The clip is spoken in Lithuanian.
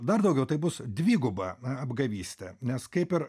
dar daugiau tai bus dviguba apgavystė nes kaip ir